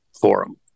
forum